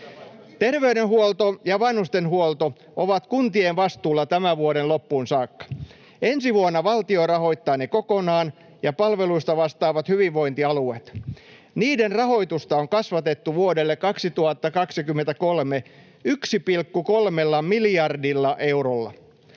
Terveydenhuolto ja vanhustenhuolto ovat kuntien vastuulla tämän vuoden loppuun saakka. Ensi vuonna valtio rahoittaa ne kokonaan ja palveluista vastaavat hyvinvointialueet. Niiden rahoitusta on kasvatettu 1,3 miljardilla eurolla